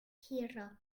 gira